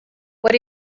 what